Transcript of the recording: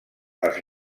els